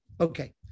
Okay